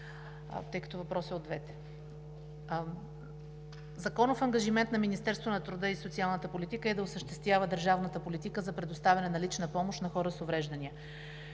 госпожо Клисурска, законов ангажимент на Министерството на труда и социалната политика е да осъществява държавната политика за предоставяне на лична помощ на хора с увреждания.